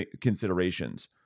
considerations